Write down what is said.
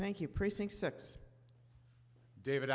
thank you precinct six david